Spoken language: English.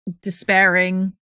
despairing